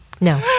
No